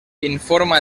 informa